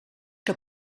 que